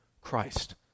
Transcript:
Christ